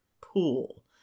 Pool